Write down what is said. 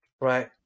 Right